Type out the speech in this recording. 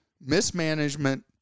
mismanagement